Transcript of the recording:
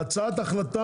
אוקיי, הצעת החלטה